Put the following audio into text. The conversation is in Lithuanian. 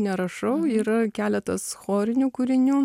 nerašau yra keletas chorinių kūrinių